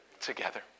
together